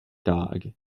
dog